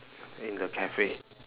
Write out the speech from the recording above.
in the cafe